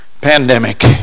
pandemic